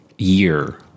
year